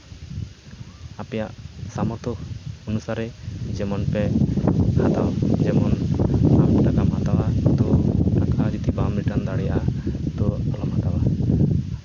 ᱟᱯᱮᱭᱟᱜ ᱥᱟᱢᱚᱨᱛᱷᱚ ᱚᱱᱩᱥᱟᱨᱮ ᱡᱮᱢᱚᱱ ᱯᱮ ᱦᱟᱛᱟᱣ ᱡᱮᱢᱚᱱ ᱴᱟᱠᱟᱢ ᱦᱟᱛᱟᱣᱟ ᱠᱤᱱᱛᱩ ᱦᱟᱱᱛᱮ ᱦᱚᱸ ᱡᱩᱫᱤ ᱵᱟᱢ ᱨᱤᱴᱟᱱ ᱫᱟᱲᱮᱭᱟᱜᱼᱟ ᱛᱚ ᱟᱞᱚᱢ ᱦᱟᱛᱟᱣᱟ